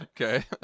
Okay